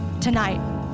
tonight